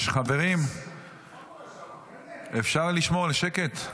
חברים, אפשר לשמור על שקט?